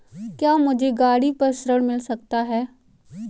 क्या मुझे गाड़ी पर ऋण मिल सकता है?